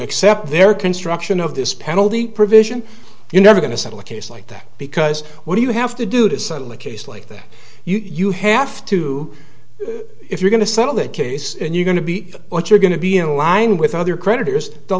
accept their construction of this penalty provision you know we're going to settle a case like that because what do you have to do to suddenly case like that you have to if you're going to settle that case and you're going to be what you're going to be in line with other creditors the